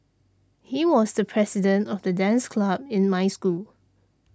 he was the president of the dance club in my school